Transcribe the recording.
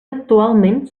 actualment